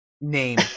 name